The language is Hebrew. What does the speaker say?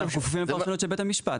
אנחנו כפופים לפרשנות של בית המשפט.